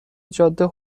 جاده